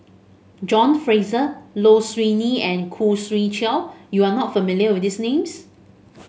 John Fraser Low Siew Nghee and Khoo Swee Chiow you are not familiar with these names